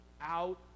out